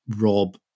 Rob